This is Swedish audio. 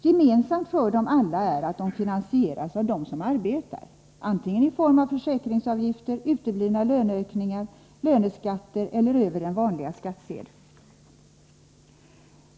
Gemensamt för alla stödformer är att de finansieras av dem som arbetar, antingen i form av försäkringsavgifter, uteblivna löneökningar och löneskatter eller också över den vanliga skattsedeln.